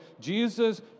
Jesus